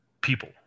people